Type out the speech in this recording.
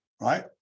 right